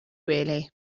gwely